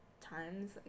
times